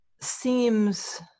seems